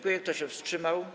Kto się wstrzymał?